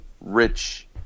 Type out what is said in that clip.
Rich